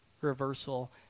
reversal